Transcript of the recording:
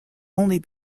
only